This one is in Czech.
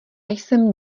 jsem